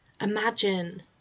Imagine